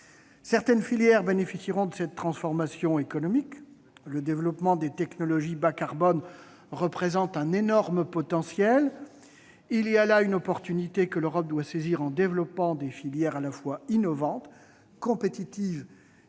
Certaines filières bénéficieront de cette transformation économique. Le développement des technologies bas carbone représente un potentiel considérable. Il y a là une occasion que l'Europe doit saisir en développant des filières à la fois innovantes, compétitives et pourvoyeuses